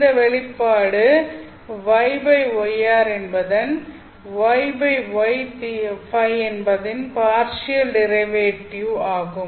இந்த வெளிப்பாடு γ γr என்பது γ γØ Ø என்பதின் பார்ஷியல் டிரைவேட்டிவ் ஆகும்